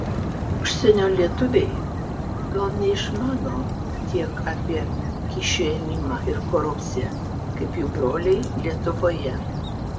užsienio lietuviai gal neišmano tiek apie kyšių ėmimą ir korupciją kaip jų broliai lietuvoje